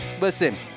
Listen